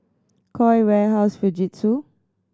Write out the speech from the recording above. Koi Warehouse Fujitsu